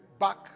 Back